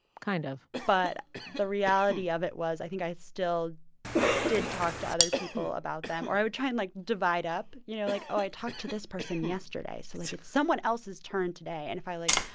kind of but the reality of it was, i think, i still did talk to other people about them. or i would try and, like, divide up. you know, like, oh, i talked to this person yesterday. so, like, it's someone else's turn today. and if i, like,